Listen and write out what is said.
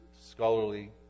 scholarly